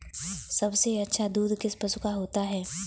सबसे अच्छा दूध किस पशु का होता है?